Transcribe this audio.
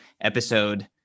episode